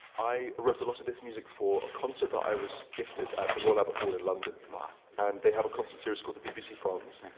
i wrote a lot of this music for a concert that i was gifted at the royal albert hall in london wow and they have a concert series called the bbc proms.